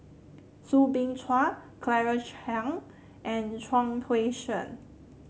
Soo Bin Chua Claire Chiang and Chuang Hui Tsuan